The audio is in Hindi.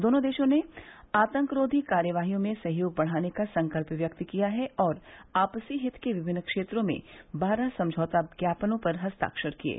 दोनों देशों ने आतंकरोधी कार्यवाहियों में सहयोग बढ़ाने का संकल्प व्यक्त किया है और आपसी हित के विभिन्न क्षेत्रो में बारह समझौता ज्ञापनों पर हस्ताक्षर किये